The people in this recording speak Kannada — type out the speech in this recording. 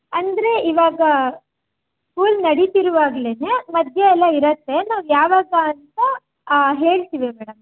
ಅಂದರೆ ಈವಾಗ ಸ್ಕೂಲ್ ನಡೀತಿರುವಾಗಲೇನೇ ಮಧ್ಯೆ ಎಲ್ಲ ಇರತ್ತೆ ನಾವು ಯಾವಾಗ ಅಂತ ಹೇಳ್ತೀವಿ ಮೇಡಮ್